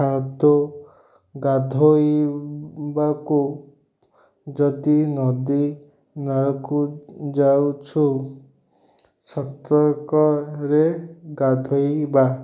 କାଦୋ ଗାଧୋଇବାକୁ ଯଦି ନଦୀ ନାଳକୁ ଯାଉଛୁ ସତର୍କରେ ଗାଧୋଇବା